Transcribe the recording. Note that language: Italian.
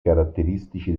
caratteristici